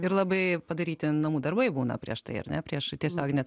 ir labai padaryti namų darbai būna prieš tai ar ne prieš tiesioginę